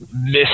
miss